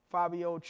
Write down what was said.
Fabio